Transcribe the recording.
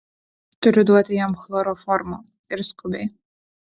turiu duoti jam chloroformo ir skubiai